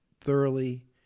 thoroughly